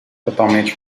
totalmente